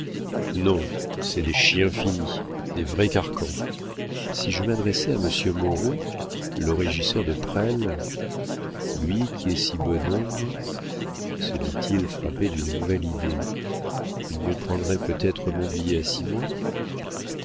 non c'est des chiens finis des vrais carcans si je m'adressais à monsieur moreau le régisseur de presles lui qui est si bon homme se dit-il frappé d'une nouvelle idée il me prendrait peut-être mon billet à six mois